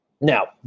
Now